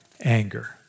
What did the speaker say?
anger